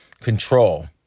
Control